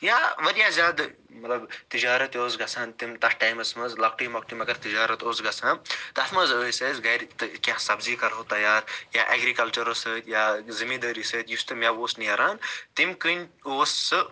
یا واریاہ زیادٕ مطلب تِجارَت تہِ اوس گژھان تم تَتھ ٹایمَس منٛز لۄکٹُے مۄکٹُے مَگر تِجارَت اوس گژھان تَتھ منٛز ٲسۍ أسۍ گھرِ تہٕ کیٚنٛہہ سَبزی کرہاو تَیار یا ایٚگریٖکَلچرو سۭتۍ یا زٔمیٖندٲری سۭتۍ یُس تہِ میٚوٕ اوس نیران تَمہِ کٕنۍ اوس سُہ